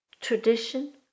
tradition